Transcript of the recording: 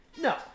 No